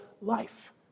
life